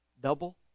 Double